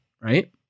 right